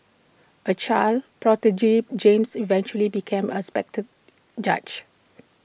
A child prodigy James eventually became aspected judge